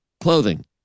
clothing